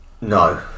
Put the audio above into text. no